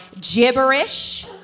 gibberish